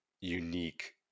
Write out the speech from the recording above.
unique